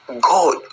God